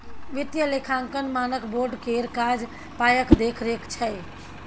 वित्तीय लेखांकन मानक बोर्ड केर काज पायक देखरेख छै